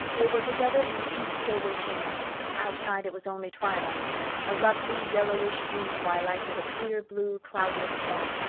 they were together in the east gable chamber outside it was only twilight a lovely yellowish-green twilight with a clear-blue cloudless sky.